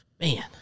man